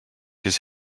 his